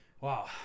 Wow